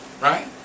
Right